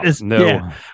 No